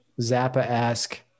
Zappa-esque